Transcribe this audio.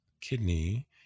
kidney